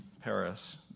Paris